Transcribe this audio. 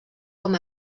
com